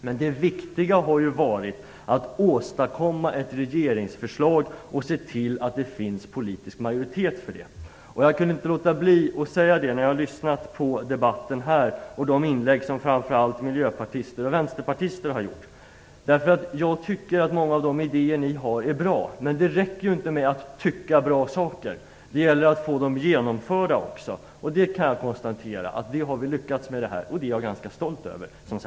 Men det viktiga har varit att åstadkomma ett regeringsförslag och se till att det finns politisk majoritet för det. Jag kunde inte låta bli att säga detta efter att ha lyssnat på debatten och framför allt de inlägg som miljöpartister och vänsterpartister har gjort. Jag tycker att många av de idéer som ni har är bra. Men det räcker ju inte med att tycka bra saker - det gäller att få dem genomförda också. Det har vi lyckats med, kan jag konstatera, och det är jag som centerpartist ganska stolt över.